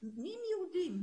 מי הם יהודים,